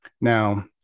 now